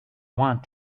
want